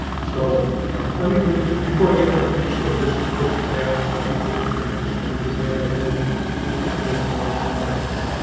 so let me let me before i get that. let me just go to missing persons ads because i think those are interesting because they have an image and then what then we'll go on to some other things.